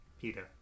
Peter